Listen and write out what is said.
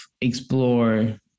explore